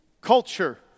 culture